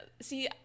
See